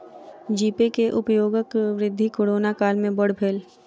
जी pay के उपयोगक वृद्धि कोरोना काल में बड़ भेल